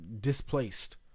displaced